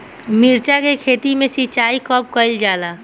मिर्चा के खेत में सिचाई कब कइल जाला?